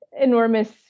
enormous